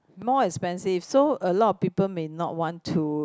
more expensive so a lot people may not want to